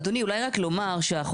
אדוני אולי רק לומר שהחוכמה,